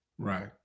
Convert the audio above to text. Right